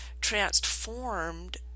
transformed